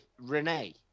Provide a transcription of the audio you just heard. Renee